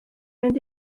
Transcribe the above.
mynd